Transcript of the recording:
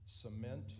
Cement